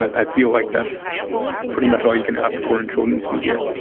i feel like that's pretty much all you can ask for in true news media.